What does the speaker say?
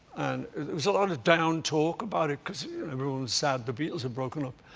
and it was a lot of down talk about it because everyone was sad the beatles had broken up,